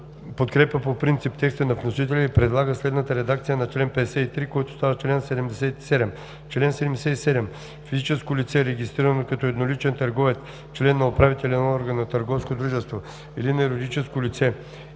подкрепя по принцип текста на вносителя и предлага следната редакция на чл. 50, който става чл. 75: „Чл. 75. (1) Физическо лице, регистрирано като едноличен търговец, член на управителен орган на търговско дружество или на юридическо лица,